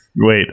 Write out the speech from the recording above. Wait